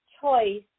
choice